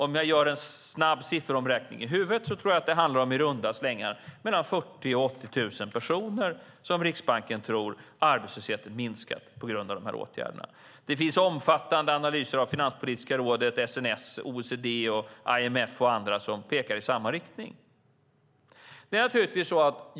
Om jag gör en snabb sifferomräkning i huvudet tror jag att det handlar om i runda slängar mellan 40 000 och 80 000 personer när det gäller hur Riksbanken tror att arbetslösheten har minskat på grund av de här åtgärderna. Det finns omfattande analyser av Finanspolitiska rådet, SNS, OECD, IMF och andra som pekar i samma riktning.